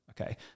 Okay